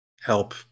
help